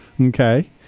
Okay